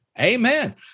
Amen